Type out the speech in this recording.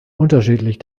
unterschiedlich